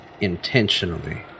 intentionally